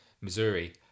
Missouri